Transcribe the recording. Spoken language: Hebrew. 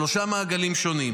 בשלושה מעגלים שונים.